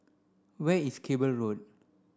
where is Cable Road